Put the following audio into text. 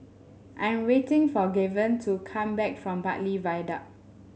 I'm waiting for Gaven to come back from Bartley Viaduct